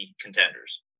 contenders